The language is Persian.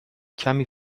کمی